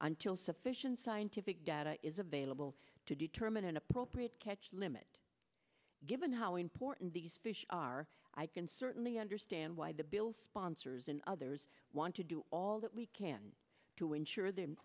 until sufficient scientific data is available to determine an appropriate catch limit given how important these fish are i can certainly understand why the bill's sponsors and others want to do all that we can to ensure th